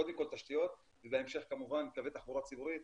קודם כל תשתיות ובהמשך כמובן קווי תחבורה ציבורית